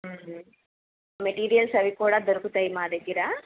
materials అవి కూడా దొరుకుతాయి మా దగ్గర